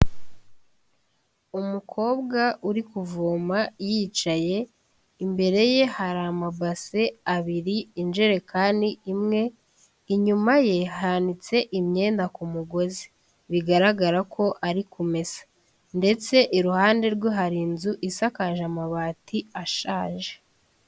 Umukobwa uri kuvoma yicaye, imbere ye hari amabase abiri, injerekani imwe, inyuma ye hanitse imyenda ku mugozi bigaragara ko ari kumesa, ndetse iruhande rwe hari inzu isakaje amabati ashaje.